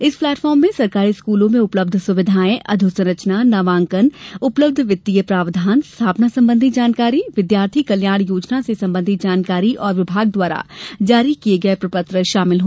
इस प्लेटफार्म में सरकारी स्कूलों में उपलब्ध सुविधाएं अधोसंरचना नामांकन उपलब्ध वित्तीय प्रावधान स्थापना संबंधी जानकारी विद्यार्थी कल्याण योजना से संबंधी जानकारी और विभाग द्वारा जारी किये गये प्रपत्र शामिल हैं